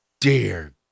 dear